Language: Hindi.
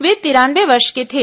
वे तिरानवे वर्ष के थे